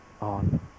on